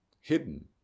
hidden